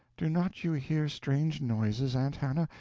do not you hear strange noises, aunt hannah?